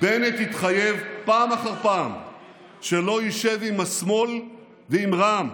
בנט התחייב פעם אחר פעם שלא ישב עם השמאל ועם רע"מ.